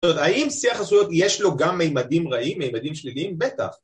זאת אומרת, האם שיח הזויות יש לו גם מימדים רעים, מימדים שליליים? בטח